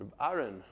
Aaron